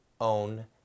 own